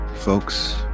Folks